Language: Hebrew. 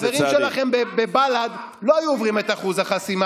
החברים שלכם בבל"ד לא היו עוברים את אחוז החסימה.